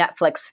Netflix